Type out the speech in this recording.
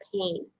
pain